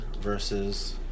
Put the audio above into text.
versus